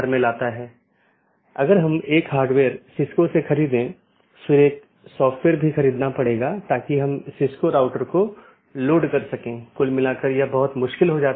एक पारगमन AS में मल्टी होम AS के समान 2 या अधिक ऑटॉनमस सिस्टम का कनेक्शन होता है लेकिन यह स्थानीय और पारगमन ट्रैफिक दोनों को वहन करता है